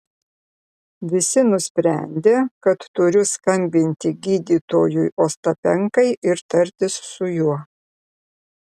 visi nusprendė kad turiu skambinti gydytojui ostapenkai ir tartis su juo